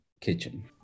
kitchen